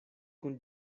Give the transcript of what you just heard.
kun